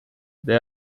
they